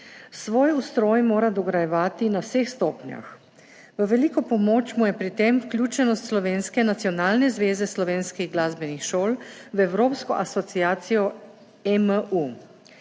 Svoj ustroj mora dograjevati na vseh stopnjah. V veliko pomoč mu je pri tem vključenost slovenske nacionalne zveze slovenskih glasbenih šol v evropsko asociacijo EMU.